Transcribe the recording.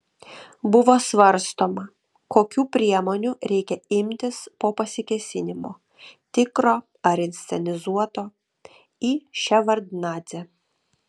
buvo svarstoma kokių priemonių reikia imtis po pasikėsinimo tikro ar inscenizuoto į ševardnadzę